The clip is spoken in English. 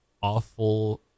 awful